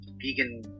vegan